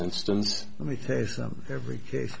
instance let me say so every case